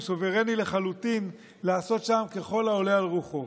הוא סוברני לחלוטין לעשות שם ככל העולה על רוחו.